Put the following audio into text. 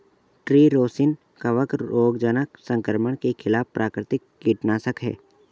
tree rosin कवक रोगजनक संक्रमण के खिलाफ प्राकृतिक कीटनाशक है